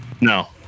No